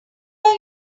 are